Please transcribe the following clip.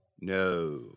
No